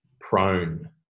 prone